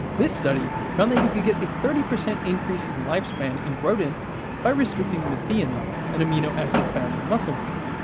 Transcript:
this study found that you could get a thirty percent increase in lifespan in rodents by restricting methionine, an amino acid found in muscle meat,